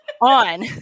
on